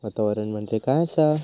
वातावरण म्हणजे काय आसा?